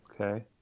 Okay